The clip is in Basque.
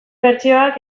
bertsioak